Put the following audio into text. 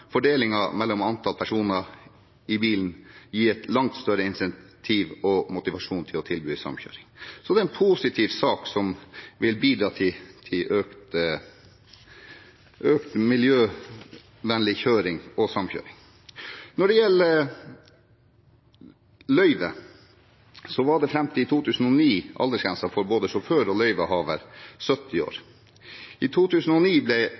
mellom antallet personer i bilen gi langt større incentiv og motivasjon til å tilby samkjøring. Så dette er en positiv sak som vil bidra til økt miljøvennlig kjøring og samkjøring. Når det gjelder løyve, var aldersgrensen for både sjåfør og løyvehaver 70 år fram til 2009. I 2009 ble